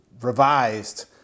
revised